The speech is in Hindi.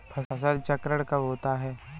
फसल चक्रण कब होता है?